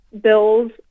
bills